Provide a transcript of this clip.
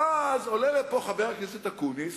ואז עולה לפה חבר הכנסת אקוניס,